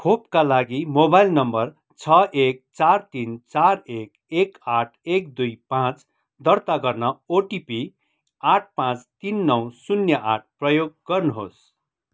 खोपका लागि mobile number छ एक चार तिन चार एक एक आठ एक दुई पाँच दर्ता गर्न ओटिपी आठ पाँच तिन नौ शून्य आठ प्रयोग गर्नुहोस्